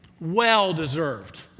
Well-deserved